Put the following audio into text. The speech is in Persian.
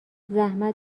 زحمت